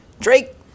Drake